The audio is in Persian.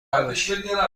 نباشید